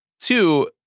Two